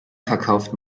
verkauften